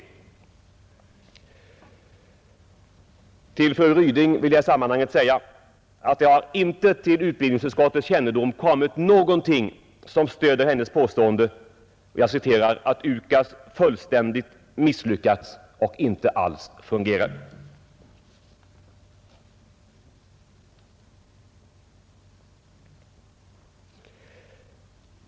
Till fru Ryding vill jag i sammanhanget säga, att det har inte till utbildningsutskottets kännedom kommit någonting som stöder hennes påstående att UKAS fullständigt misslyckats och inte alls fungerar.